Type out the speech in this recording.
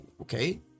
okay